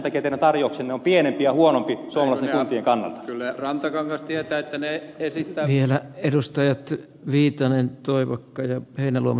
te ette sitä halunneet poistaa ja sen takia teidän tarjouksenne on pienempi ja huonompi suomalaisten kuntien kannalta